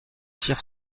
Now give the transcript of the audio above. cyr